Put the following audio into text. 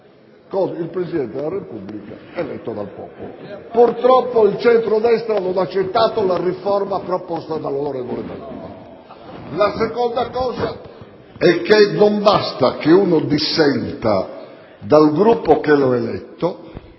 il Presidente della Repubblica eletto dal popolo. Purtroppo, il centro-destra non ha accettato la riforma proposta dall'allora presidente D'Alema. La seconda questione è che non basta che uno dissenta dal Gruppo che lo ha eletto,